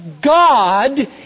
God